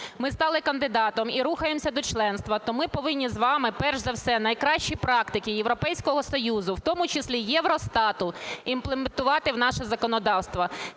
ми стали кандидатом і рухаємося до членства, - то ми повинні з вами перш за все найкращі практики Європейського Союзу, в тому числі Євростату, імплементувати в наше законодавство.